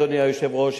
אדוני היושב-ראש,